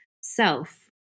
self